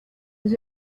that